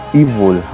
evil